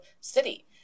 city